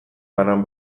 banan